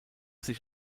sich